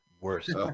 Worse